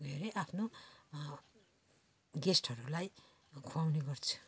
के अरे आफ्नो गेस्टहरूलाई खुवाउने गर्छु